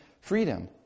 Freedom